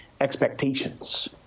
expectations